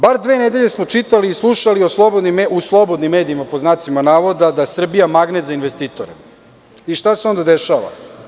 Bar dve nedelje smo čitali i slušali u „slobodnim medijima“ da je Srbija magnet za investitore i šta se onda dešava?